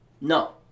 No